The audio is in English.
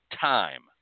time